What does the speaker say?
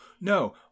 no